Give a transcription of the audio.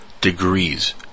degrees